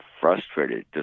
frustrated